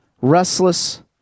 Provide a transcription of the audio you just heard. restless